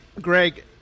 greg